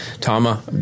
Tama